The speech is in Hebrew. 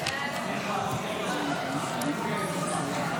לא התקבלה.